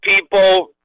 people